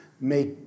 make